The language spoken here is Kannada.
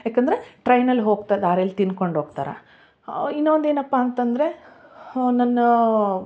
ಯಾಕೆಂದರೆ ಟ್ರೈನಲ್ಲಿ ಹೋಗ್ತಾ ದಾರಿಲಿ ತಿಂದ್ಕೊಂಡು ಹೋಗ್ತಾರೆ ಇನ್ನೊಂದು ಏನಪ್ಪ ಅಂತ ಅಂದ್ರೆ ನನ್ನ